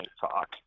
talk